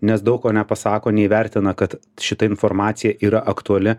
nes daug ko nepasako neįvertina kad šita informacija yra aktuali